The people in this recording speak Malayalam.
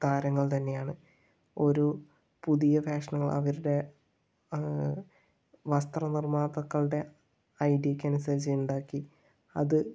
താരങ്ങൾ തന്നെയാണ് ഒരു പുതിയ ഫാഷനോ അവരുടെ വസ്ത്ര നിർമ്മാതാക്കളുടെ ഐഡിയക്ക് അനുസരിച്ച് ഉണ്ടാക്കി അത്